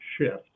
shift